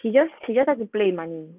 he just he just like to play with money